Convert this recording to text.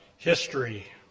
History